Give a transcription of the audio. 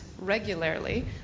regularly